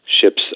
Ships